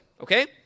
okay